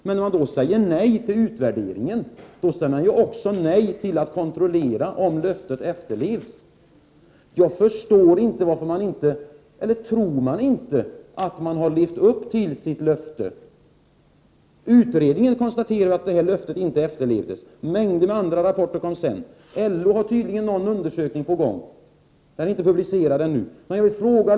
Men om man säger nej till utvärderingen säger man ju också nej till att kontrollera om löftet efterlevs. Tror man att man levt upp till sitt löfte? Utredningen konstaterar att detta löfte inte efterlevdes. Mängder av andra liknande rapporter kom sedan. LO har tydligen någon undersökning på gång som inte är publicerad ännu.